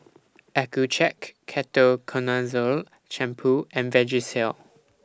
Accucheck Ketoconazole Shampoo and Vagisil